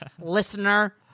listener